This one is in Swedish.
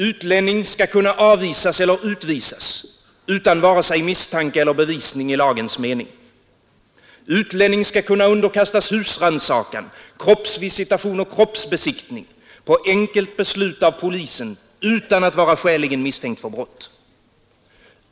Utlänning skall kunna avvisas eller utvisas utan vare sig misstanke eller bevisning i lagens mening. Utlänning skall kunna underkastas husrannsakan, kroppsvisitation och kroppsbesiktning på enkelt beslut av polisen, utan att vara skäligen misstänkt för brott.